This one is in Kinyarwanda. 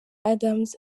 adams